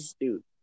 Dude